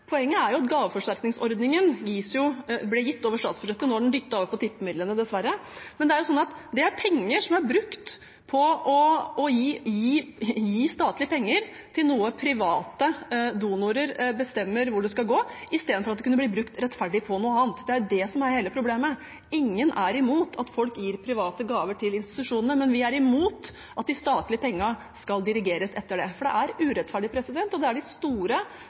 Poenget er at gaveforsterkningsordningen ble gitt over statsbudsjettet – nå er den dyttet over på tippemidlene, dessverre – det er statlige penger til noe private donorer bestemmer at det skal gå til, istedenfor at det kunne bli brukt rettferdig på noe annet. Det er det som er hele problemet. Ingen er imot at folk gir private gaver til institusjonene, men vi er imot at de statlige pengene skal dirigeres etter det, for det er urettferdig. Det er de store